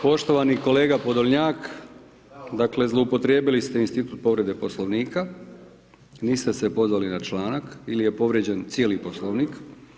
Poštovani kolega Podolnjak, dakle, zloupotrijebili ste institut povrede Poslovnika, niste se pozvali na članak ili je povrijeđen cijeli Poslovnik.